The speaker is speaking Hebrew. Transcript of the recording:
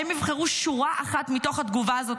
הם יבחרו להגיד שורה אחת מתוך התגובה הזאת,